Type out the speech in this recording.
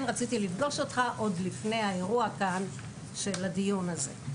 רציתי לפגוש אותך עוד לפני האירוע של קיום הדיון הזה.